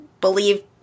believe